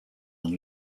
and